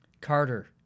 Carter